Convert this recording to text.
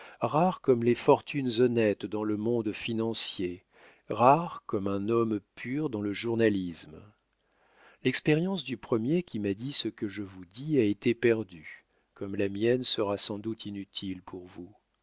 rares comme les fortunes honnêtes dans le monde financier rares comme un homme pur dans le journalisme l'expérience du premier qui m'a dit ce que je vous dis a été perdue comme la mienne sera sans doute inutile pour vous